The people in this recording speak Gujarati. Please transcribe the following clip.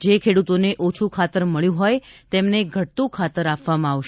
જે ખેડૂતોને ઓછુ ખાતર મળ્યું હોય તેમને ઘટતું ખાતર આપવામાં આવશે